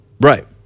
Right